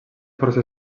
força